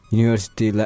University